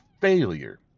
failure